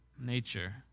nature